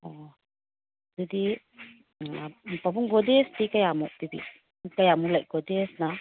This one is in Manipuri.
ꯑꯣ ꯑꯗꯨꯗꯤ ꯎꯝ ꯄꯥꯕꯨꯡ ꯒꯣꯗ꯭ꯔꯦꯖꯇꯤ ꯀꯌꯥꯃꯨꯛ ꯄꯤꯕꯤ ꯀꯌꯥꯃꯨꯛ ꯂꯩ ꯒꯣꯗ꯭ꯔꯦꯖꯅ